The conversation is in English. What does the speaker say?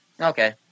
okay